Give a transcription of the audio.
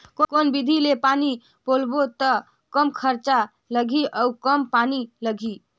कौन विधि ले पानी पलोबो त कम खरचा लगही अउ कम पानी लगही?